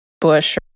bush